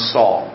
Saul